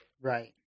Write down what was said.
Right